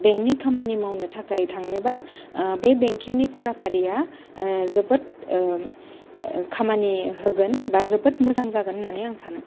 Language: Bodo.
बेंकनि खामानि मावनो थाखाय थांनोबा बे बेंकिंनि फरा फारिया जोबोत खामानि होगोन बा जोबोत मोजां जागोन होननानै आं सानो